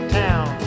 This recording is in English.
town